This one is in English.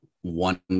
one